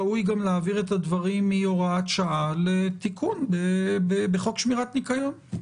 ראוי גם להעביר את הדברים מהוראת שעה לתיקון בחוק שמירת ניקיון.